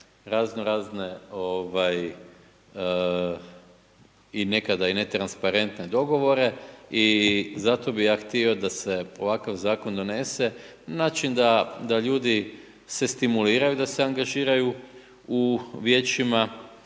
razno razne ovaj, i nekada i ne transparentne dogovore, i zato bih ja htio da se ovakav Zakon donese na način da ljudi se stimuliraju da se angažiraju u Vijećima